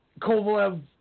Kovalev